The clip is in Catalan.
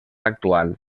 actual